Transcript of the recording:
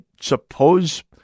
suppose